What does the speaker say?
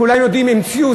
כולם יודעים, המציאו.